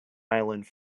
island